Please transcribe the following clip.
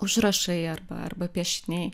užrašai arba arba piešiniai